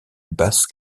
basse